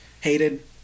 Hated